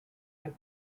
are